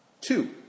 Two